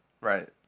right